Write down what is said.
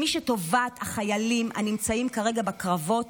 שטובת החיילים הנמצאים כרגע בקרבות